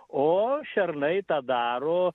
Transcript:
o šernai tą daro